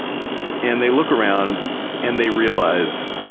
and they look around and they realize,